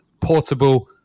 portable